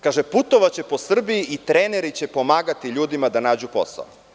Kaže - putovaće po Srbiji i treneri će pomagati ljudima da nađu posao.